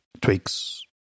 tweaks